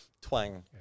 twang